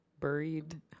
Buried